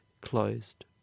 closed